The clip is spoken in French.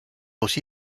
aussi